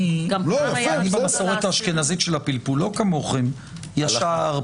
אני במסורת האשכנזית של הפלפול לא כמוכם ישר,